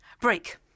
Break